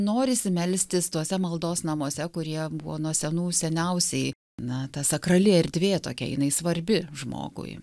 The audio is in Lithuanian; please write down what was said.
norisi melstis tuose maldos namuose kurie buvo nuo senų seniausiai na ta sakrali erdvė tokia jinai svarbi žmogui